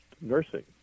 nursing